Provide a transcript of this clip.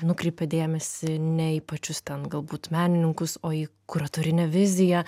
nukreipia dėmesį ne į pačius ten galbūt menininkus o į kuratorinę viziją